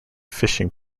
fishing